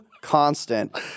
constant